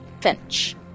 Finch